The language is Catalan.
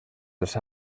les